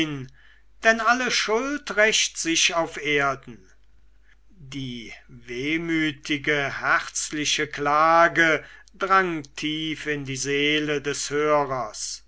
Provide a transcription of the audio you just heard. denn alle schuld rächt sich auf erden die wehmütige herzliche klage drang tief in die seele des hörers